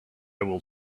will